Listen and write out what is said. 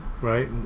right